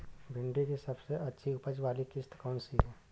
भिंडी की सबसे अच्छी उपज वाली किश्त कौन सी है?